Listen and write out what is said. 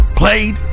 played